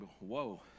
whoa